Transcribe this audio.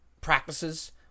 practices